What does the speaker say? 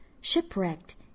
shipwrecked